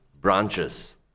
branches